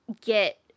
get